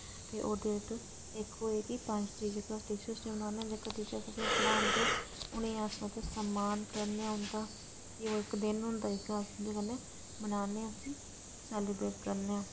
ते ओह् डेट इक्क होई पंज तरीक ते एह् जेह्के टीचर बनने आं ते एह् टीचर जेह्के असेंगी पढ़ांदे ते उ'नेंगी अस समान करने आं उं'दा ते एह् ओह् इक्क दिन होंदा जेह्का अस मनाने आं उसी सेलीब्रेट करने आं